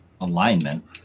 alignment